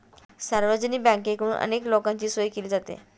सार्वजनिक बँकेकडून अनेक लोकांची सोय केली जाते